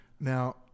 Now